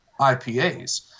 IPAs